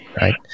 right